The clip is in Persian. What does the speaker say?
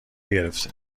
گرفته